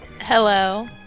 Hello